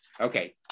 okay